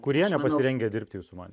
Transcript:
kurie nepasirengę dirbti jūsų manymu